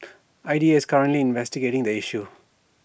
I D A is currently investigating the issue